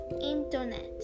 internet